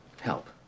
help